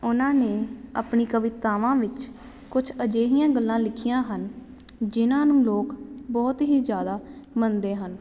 ਉਹਨਾਂ ਨੇ ਆਪਣੀ ਕਵਿਤਾਵਾਂ ਵਿੱਚ ਕੁਝ ਅਜਿਹੀਆਂ ਗੱਲਾਂ ਲਿਖੀਆਂ ਹਨ ਜਿਹਨਾਂ ਨੂੰ ਲੋਕ ਬਹੁਤ ਹੀ ਜ਼ਿਆਦਾ ਮੰਨਦੇ ਹਨ